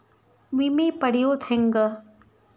ವಿಮೆ ಪಡಿಯೋದ ಹೆಂಗ್?